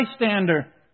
bystander